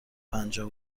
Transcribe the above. پنجاه